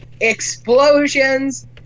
Explosions